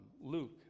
Luke